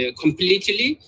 completely